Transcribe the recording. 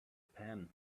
pan